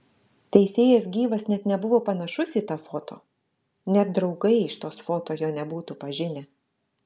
teisėjas gyvas net nebuvo panašus į tą foto net draugai iš tos foto jo nebūtų pažinę